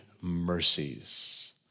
mercies